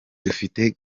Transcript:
dufite